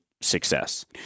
success